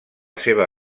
seva